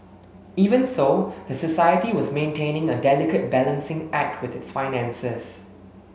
even so the society was maintaining a delicate balancing act with its finances